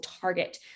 target